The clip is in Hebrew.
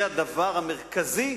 זה הדבר המרכזי